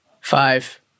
Five